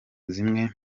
zimwe